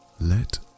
let